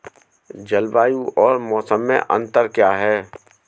जलवायु और मौसम में अंतर क्या है?